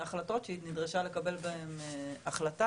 החלטות שהיא נדרשה לקבל בהן החלטה.